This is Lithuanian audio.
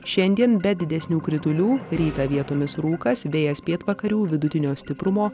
šiandien be didesnių kritulių rytą vietomis rūkas vėjas pietvakarių vidutinio stiprumo